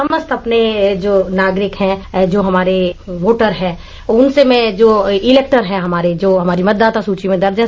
समस्त अपने जो नागरिक है जो हमारे वोटर है उनसे मैं जो इलेक्टर है हमारे जो हमारी मतदाता सूची में दर्ज है